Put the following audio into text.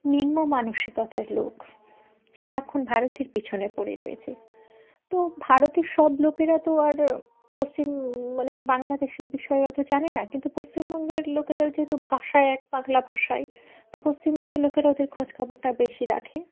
নিম্ন মানসিকতার লোক সারাক্ষণ ভারতের পিছনে পড়ে রয়েছে তো ভারতের সব লোকেরা তো আর পশ্চিম মানে বাংলাদেশের বিষয়ে অত জানে না কিন্তু পশ্চিমবঙ্গের লোকেদের যেহেতু ভাষা এক বাংলা ভাষাই তো পশ্চিমবঙ্গের লোকেরা ওদের খোঁজ খবরটা বেশি রাখে